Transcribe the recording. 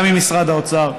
גם עם משרד האוצר,